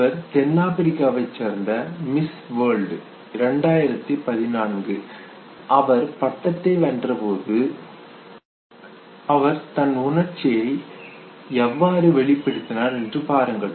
இவர் தென்னாப்பிரிக்காவைச் சேர்ந்த மிஸ் வேர்ல்ட் 2014 அவர் பட்டத்தை வென்றபோது அவர் தன் உணர்ச்சியை எவ்வாறு வெளிப்படுத்தினார் என்று பாருங்கள்